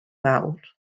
fawr